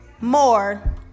more